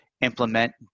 implement